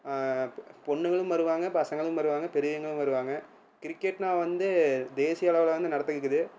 பொண்ணுங்களும் வருவாங்க பசங்களும் வருவாங்க பெரியவங்களும் வருவாங்க கிரிக்கெட்டுனா வந்து தேசிய அளவில் வந்து நடத்திக்கிது